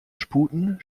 sputen